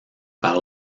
par